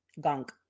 gunk